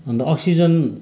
अन्त अक्सिजन